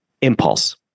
impulse